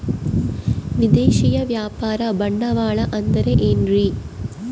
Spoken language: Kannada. ವಿದೇಶಿಯ ವ್ಯಾಪಾರ ಬಂಡವಾಳ ಅಂದರೆ ಏನ್ರಿ?